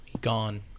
Gone